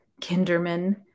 Kinderman